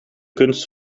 kunst